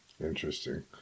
Interesting